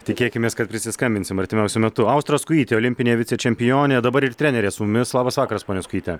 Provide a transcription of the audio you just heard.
tikėkimės kad prisiskambinsim artimiausiu metu austra skujytė olimpinė vicečempionė dabar ir trenerė su mumis labas vakaras ponia skujyte